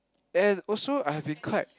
and also I have been quite